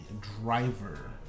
driver